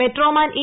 metro man E